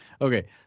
Okay